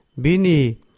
Bini